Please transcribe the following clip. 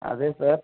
ಅದೇ ಸರ್